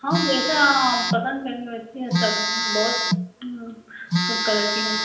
हाँ जैसा पसंद करेंगी वैसे ही हैं सब बहुत कलर की हैं